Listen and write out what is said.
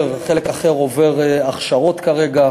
חלק אחר עובר הכשרות כרגע.